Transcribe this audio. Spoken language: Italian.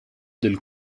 del